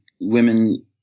women